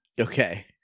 okay